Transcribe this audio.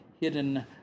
hidden